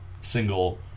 Single